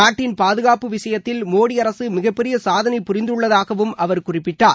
நாட்டின் பாதுகாப்பு விஷயத்தில் மோடி அரசு மிகப் பெரிய சாதனை புரிந்துள்ளதாகவும் அவர் குறிப்பிட்டார்